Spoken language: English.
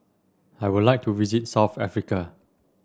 I would like to visit South Africa